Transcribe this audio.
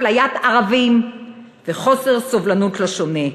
אפליית ערבים וחוסר סובלנות לשונה.